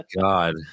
God